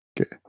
Okay